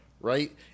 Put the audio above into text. right